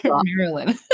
Maryland